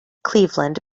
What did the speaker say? cleveland